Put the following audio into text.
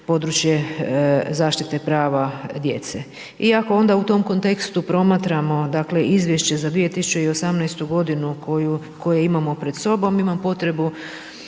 područje zaštite prava djece. Iako onda u tom kontekstu promatramo dakle, izvješće za 2018.g. koje imamo pred sobom, imam potrebu,